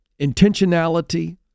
intentionality